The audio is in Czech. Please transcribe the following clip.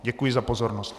Děkuji za pozornost.